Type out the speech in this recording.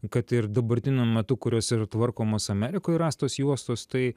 kad ir dabartiniu metu kurios yra tvarkomos amerikoj rastos juostos tai